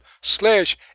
slash